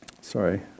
Sorry